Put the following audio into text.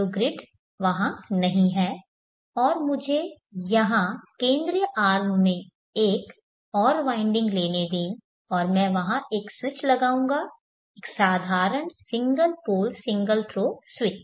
तो ग्रिड वहां नहीं है और मुझे यहां केंद्रीय आर्म में एक और वाइंडिंग लेने दें और मैं वहां एक स्विच लगाऊंगा एक साधारण single pole single throw switch